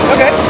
Okay